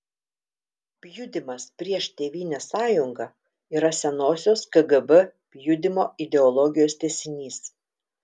pjudymas prieš tėvynės sąjungą yra senosios kgb pjudymo ideologijos tęsinys